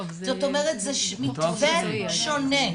זאת אומרת, זה מתווה שונה.